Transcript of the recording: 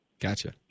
Gotcha